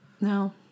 No